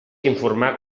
informar